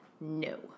No